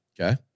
Okay